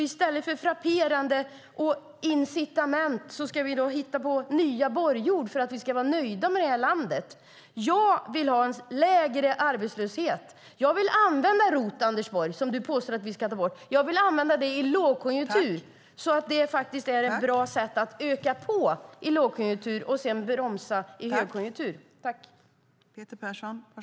I stället för "frapperande" och "incitament" ska vi hitta på nya Borg-ord för att vara nöjda här i landet. Jag vill ha lägre arbetslöshet. Jag vill använda ROT, Anders Borg, det som du påstår att vi vill ta bort. Jag vill använda det i lågkonjunktur. Det är ett bra sätt att öka på i lågkonjunktur för att sedan bromsa i högkonjunktur.